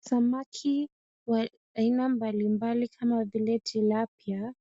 Samaki wa aina mbali mbali kama vile tilapia